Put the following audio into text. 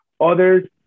others